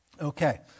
okay